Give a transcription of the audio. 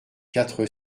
quatre